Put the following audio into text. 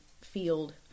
field